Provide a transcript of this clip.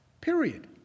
period